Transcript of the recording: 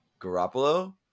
Garoppolo